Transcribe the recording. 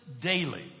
daily